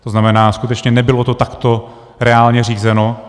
To znamená, skutečně nebylo to takto reálně řízeno.